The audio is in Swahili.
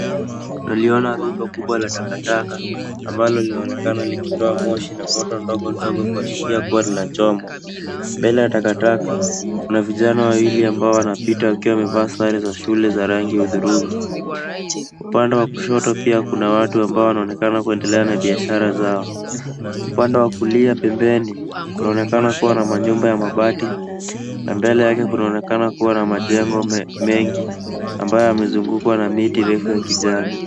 Lililo na rundo kubwa la takataka ambalo linaonekana likitoa moshi na moto ndogo ndogo kuashiria kuwa linachomwa. Mbele ya takataka, kuna vijana wawili ambao wanapita wakiwa wamevaa sare za shule za rangi hudhurungi. Upande wa kushoto pia kuna watu ambao wanaonekana kuendelea na biashara zao. Upande wa kulia pembeni kunaonekana kuwa na manyumba ya mabati na mbele yake kunaonekana kuwa na majengo mengi ambayo yamezungukwa na miti refu ya kijani.